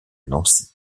nancy